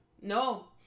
No